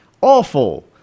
Awful